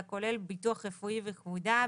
הכולל ביטוח רפואי וכבודה,